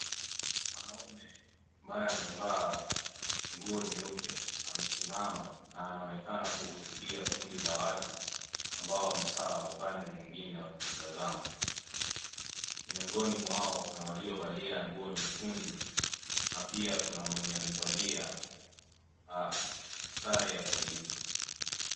Mwanaume ambaye amevaa nguo nyeupe amesimama na anaonekana kuhutubia kundi la watu ambao wamekaa upande mwingine wakimtazama, miongoni mwao kuna waliovalia nguo nyekundu na pia kuna mwenye amevalia sare ya polisi.